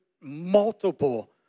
multiple